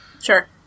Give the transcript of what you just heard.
Sure